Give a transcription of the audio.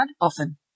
Often